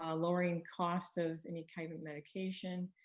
ah lowering costs of any kind of medication.